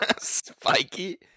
Spiky